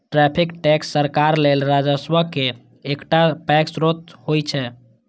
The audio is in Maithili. टैरिफ टैक्स सरकार लेल राजस्वक एकटा पैघ स्रोत होइ छै